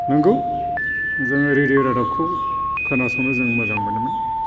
नोंगौ जोङो रेदिय' रादाबखौ खोनासंनो जों मोजां मोनोमोन